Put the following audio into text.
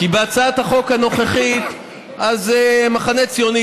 כי להצעת החוק הנוכחית המחנה הציוני